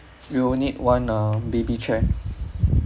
we will need one um baby chair